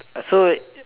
so